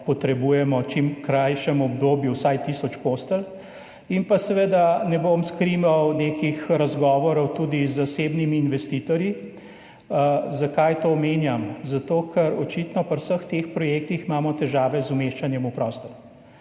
potrebujemo v čim krajšem obdobju vsaj tisoč postelj. In ne bom skrival nekih razgovorov tudi z zasebnimi investitorji. Zakaj to omenjam? Zato ker imamo očitno pri vseh teh projektih težave z umeščanjem v prostor.